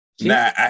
Nah